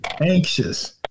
anxious